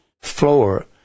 floor